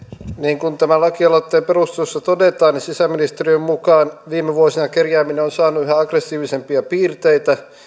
niin kuin tämän lakialoitteen perusteluissa todetaan sisäministeriön mukaan viime vuosina kerjääminen on saanut yhä aggressiivisempia piirteitä